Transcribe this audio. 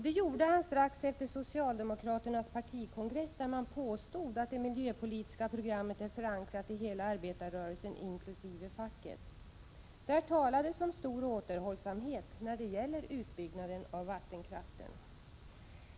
Det gjorde han strax efter socialdemokraternas partikongress, där man påstod att det miljöpolitiska programmet är förankrat i hela arbetarrörelsen inkl. facket. Där talades om ”stor återhållsamhet” när det gäller utbyggnaden av vattenkraften.